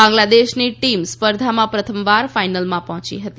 બાંગ્લાદેશની ટીમ સ્પર્ધામાં પ્રથમવાર ફાઇનલમાં પહોચી હતી